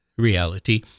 reality